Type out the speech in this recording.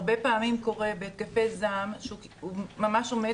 הרבה פעמים קורה בהתקפי זעם שהוא ממש עומד